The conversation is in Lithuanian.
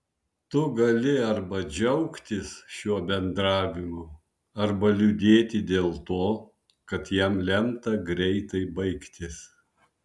tu gali arba džiaugtis šiuo bendravimu arba liūdėti dėl to kad jam lemta greitai baigtis